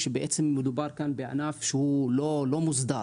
שבעצם מדובר כאן בענף שהוא לא מוסדר.